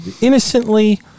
innocently